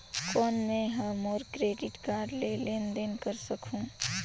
कौन मैं ह मोर क्रेडिट कारड ले लेनदेन कर सकहुं?